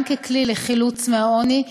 גם ככלי לחילוץ מעוני,